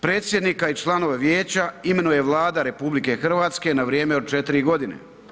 Predsjednika i članove vijeća imenuje Vlada RH na vrijeme od 4 godine.